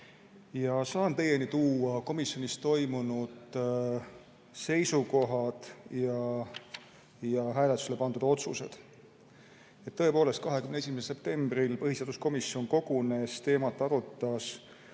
Saan teieni tuua komisjonis esitatud seisukohad ja hääletusele pandud otsused. Tõepoolest, 21. septembril põhiseaduskomisjon kogunes ja seda teemat arutas.